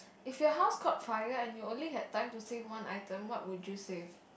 if your house caught fire and you only had time to save one item what would you save